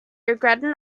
regretted